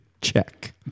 check